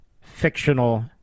fictional